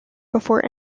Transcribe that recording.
before